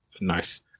nice